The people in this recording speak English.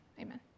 amen